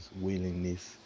willingness